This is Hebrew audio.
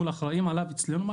מול האחראיים עליו אצלינו,